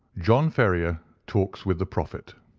john ferrier talks with the prophet.